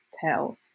tell